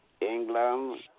England